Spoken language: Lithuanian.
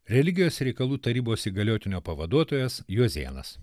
religijos ir reikalų tarybos įgaliotinio pavaduotojas juozėnas